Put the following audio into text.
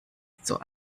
zur